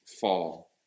fall